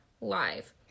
Live